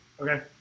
Okay